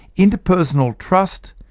interpersonal trust,